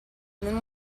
than